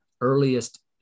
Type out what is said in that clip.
earliest